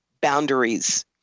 boundaries